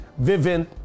Vivint